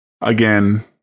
again